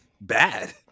bad